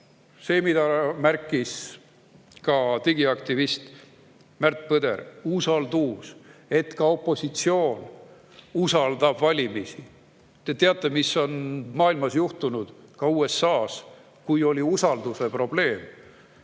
See, mida märkis ka digiaktivist Märt Põder: usaldus, et ka opositsioon usaldaks valimisi. Te teate, mis maailmas juhtus, ka USA‑s, kui oli väga suur usalduse probleem,